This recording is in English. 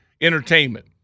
entertainment